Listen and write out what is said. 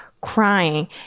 crying